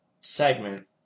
segment